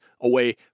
away